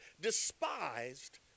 despised